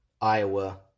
Iowa